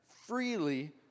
freely